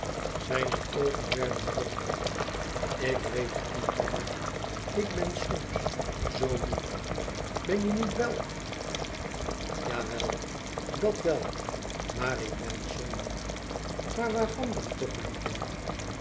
zijne oogen werden vochtig ik weet het niet mama ik ben soms zoo moê ben je niet wel jawel dat wel maar ik ben zoo moê maar waarvan dan toch mijn kind